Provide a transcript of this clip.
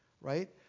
Right